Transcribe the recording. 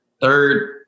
third